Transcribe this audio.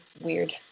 weird